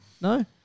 No